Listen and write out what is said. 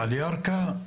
לירכא,